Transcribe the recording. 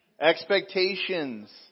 expectations